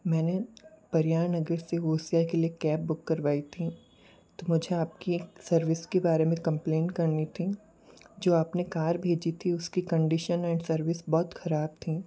मैंने पर्यान नगर से होसिया के लिए कैब बुक करवाई थीं तो मुझे आपकी सर्विस के बारे में कम्पलेन करनी थीं जो आपने कार भेजी थी उसकी कंडीशन एंड सर्विस बहुत ख़राब थीं